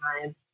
time